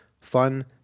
fun